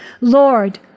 Lord